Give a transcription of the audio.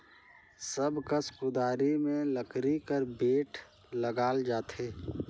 सब कस कुदारी मे लकरी कर बेठ लगाल जाथे